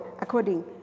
according